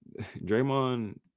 Draymond